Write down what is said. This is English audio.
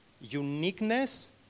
uniqueness